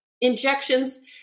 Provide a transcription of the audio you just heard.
injections